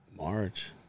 March